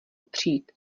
přijít